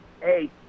Hey